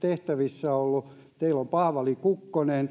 tehtävissä ollut teillä on paavali kukkonen